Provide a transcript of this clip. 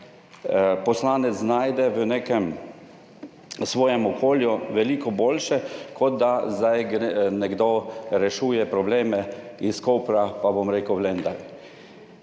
poslanec znajde v nekem svojem okolju veliko boljše, kot da zdaj nekdo rešuje probleme iz Kopra, pa bom rekel v Lendavi.